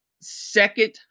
second